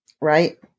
right